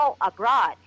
abroad